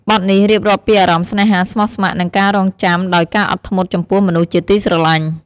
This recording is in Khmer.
បទនេះរៀបរាប់ពីអារម្មណ៍ស្នេហាស្មោះស្ម័គ្រ និងការរង់ចាំដោយការអត់ធ្មត់ចំពោះមនុស្សជាទីស្រឡាញ់។